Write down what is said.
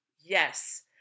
Yes